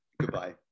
Goodbye